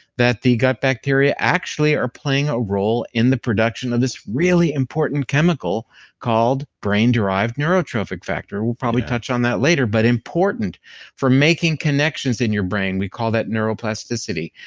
that the gut bacteria actually are playing a role in the production of this really important chemical called brain-derived neurotropic factor. we'll probably touch on that later, but important for making connections in your brain we call that neuroplasticity,